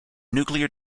nuclear